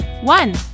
One